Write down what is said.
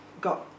got